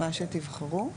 מה שתבחרו,